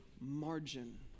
margin